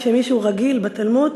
כשמישהו רגיל בתלמוד,